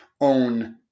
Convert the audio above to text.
own